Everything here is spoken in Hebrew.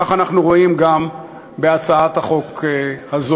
כך אנחנו רואים גם בהצעת החוק הזו.